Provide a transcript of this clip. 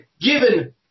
given